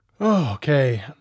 Okay